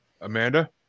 Amanda